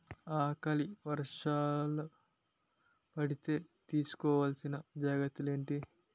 ఆకలి వర్షాలు పడితే తీస్కో వలసిన జాగ్రత్తలు ఏంటి?